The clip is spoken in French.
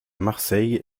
marseille